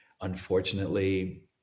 unfortunately